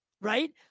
Right